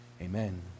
Amen